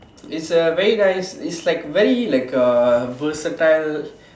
its a very nice it's like very like a versatile